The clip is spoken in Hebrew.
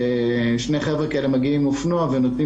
ששני חבר'ה מגיעים עם אופנוע ונותנים